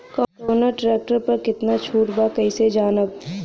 कवना ट्रेक्टर पर कितना छूट बा कैसे जानब?